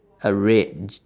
a red je~